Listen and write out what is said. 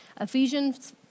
Ephesians